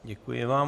Děkuji vám.